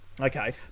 Okay